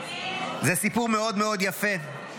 זה סיפור מאוד מאוד יפה,